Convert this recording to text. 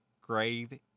grave